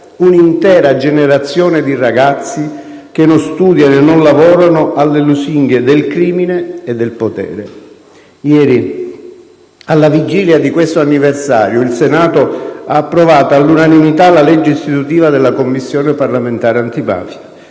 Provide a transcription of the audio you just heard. un'intera generazione di ragazzi, che non studiano e non lavorano, alle lusinghe del crimine e del potere. Ieri, alla vigilia di questo anniversario, il Senato ha approvato all'unanimità la legge istitutiva della Commissione parlamentare antimafia,